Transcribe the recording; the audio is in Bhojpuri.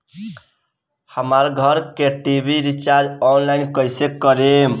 हमार घर के टी.वी रीचार्ज ऑनलाइन कैसे करेम?